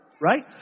right